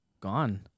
gone